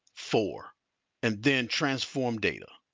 four and then transform data.